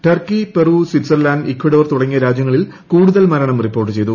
Turkey Peru Switzerland Ecuador തുടങ്ങിയ രാജൃങ്ങളിൽ കൂടുതൽ മ്രണം റിപ്പോർട്ട് ചെയ്തു